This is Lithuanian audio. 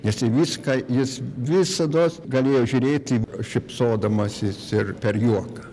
nes į viską jis visados galėjo žiūrėti šypsodamasis ir per juoką